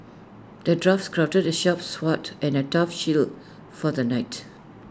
the dwarf crafted the sharp sword and A tough shield for the knight